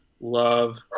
love